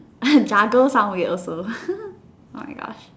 jaguar sounds weird also oh my gosh